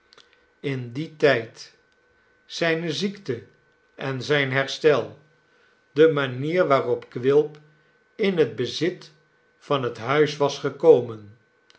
in dien tijd zijne ziekte en zijn herstel de manier waarop quilp in het bezit van het huis was gekomen